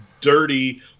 dirty